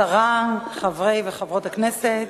השרה, חברי וחברות הכנסת,